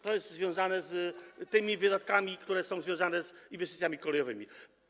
To jest związane z tymi wydatkami, które wiążą się z inwestycjami kolejowymi.